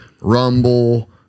Rumble